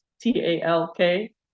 T-A-L-K